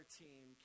team